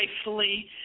rightfully